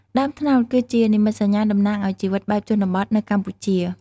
ដើមត្នោតគឺជានិមិត្តសញ្ញាតំណាងឱ្យជីវិតបែបជនបទនៅកម្ពុជា។